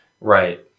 Right